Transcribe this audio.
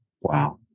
Wow